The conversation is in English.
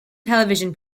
television